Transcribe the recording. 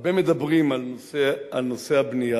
הרבה מדברים על נושא הבנייה,